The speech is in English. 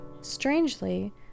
Strangely